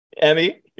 Emmy